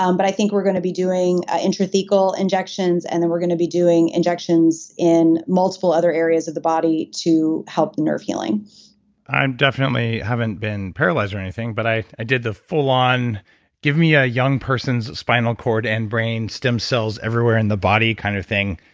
um but i think we're going to be doing ah intrathecal injections and then we're going to be injections in multiple other areas of the body to help the nerve healing i'm definitely haven't been paralyzed or anything, but i i did the full on give me a young person's spinal cord and brain stem cells everywhere in the body kind of thing,